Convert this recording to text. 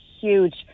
huge